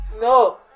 No